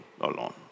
alone